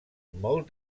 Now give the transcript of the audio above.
molt